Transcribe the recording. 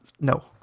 no